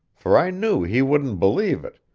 for i knew he wouldn't believe it,